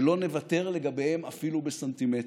שלא נוותר לגביהם אפילו בסנטימטר: